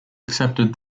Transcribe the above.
accepted